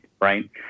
right